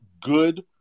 good